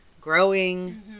growing